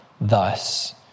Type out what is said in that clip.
Thus